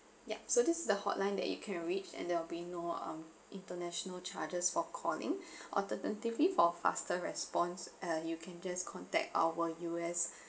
yup so this is the hotline that you can reach and there will be no um international charges for calling alternatively for faster response uh you can just contact our U_S